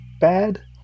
bad